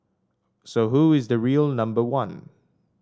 so who is the real number one